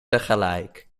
tegelijk